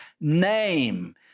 name